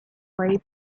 play